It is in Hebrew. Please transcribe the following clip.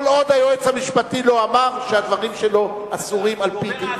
כל עוד היועץ המשפטי לא אמר שהדברים שלו אסורים על-פי דין.